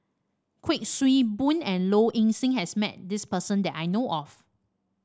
Kuik Swee Boon and Low Ing Sing has met this person that I know of